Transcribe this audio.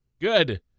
Good